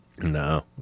No